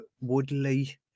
Woodley